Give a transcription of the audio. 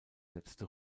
letzte